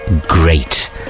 great